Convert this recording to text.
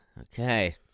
Okay